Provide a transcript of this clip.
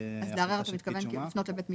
לערער, אתה מתכוון לפנות לבית משפט?